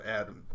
adam